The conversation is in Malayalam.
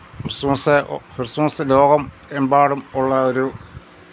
ക്രിസ്മസ്സെ ഒ ക്രിസ്മസ്സ് ലോകം എമ്പാടും ഉള്ള ഒരു